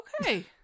Okay